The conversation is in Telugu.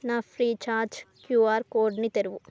నా ఫ్రీ చార్జ్ క్యూఆర్ కోడ్ను తెరువు